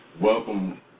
Welcome